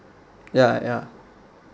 ya ya